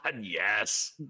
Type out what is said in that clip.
yes